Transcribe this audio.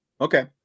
Okay